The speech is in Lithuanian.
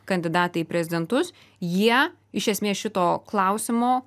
kandidatai į prezidentus jie iš esmės šito klausimo